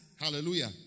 Hallelujah